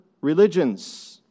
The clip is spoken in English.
religions